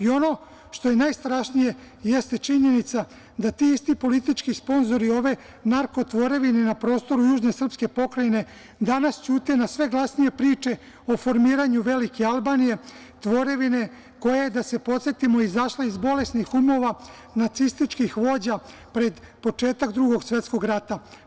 Ono što je najstrašnije jeste činjenica da ti isti politički sponzori ove narko tvorevine na prostoru južne srpske pokrajine danas ćute na sve glasnije priče o formiranju velike Albanije, tvorevine, koja je, da se podsetimo, izašla iz bolesnih umova nacističkih vođa pred početak Drugog svetskog rata.